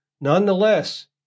Nonetheless